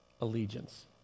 allegiance